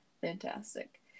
Fantastic